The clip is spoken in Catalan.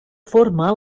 forma